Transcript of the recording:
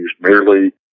merely